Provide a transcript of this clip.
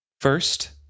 First